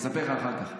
אספר לך אחר כך.